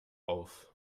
auf